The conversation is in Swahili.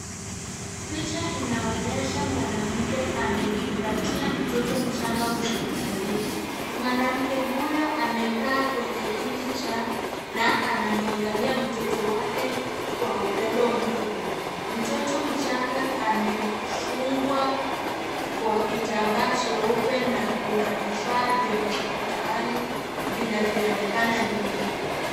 Picha inaonyesha mwanamke amemkumbatia mtoto mchanga hospitalini. Mwanamke huyo amekaa kwenye kiti cha na anamwangalia mtoto wake kwa upendo mkubwa. Mtoto mchanga amefungwa kwa kitambaa jeupe na kuna vifaa vya hospitali vinavyoonekana nyuma.